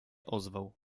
ozwał